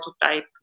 prototype